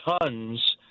tons